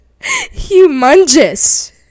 Humongous